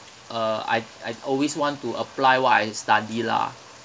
uh I I always want to apply what I study lah